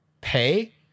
pay